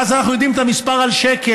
ואז אנחנו יודעים את המספר על השקל,